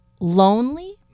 Lonely